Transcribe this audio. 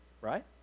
Right